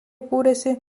kūrėsi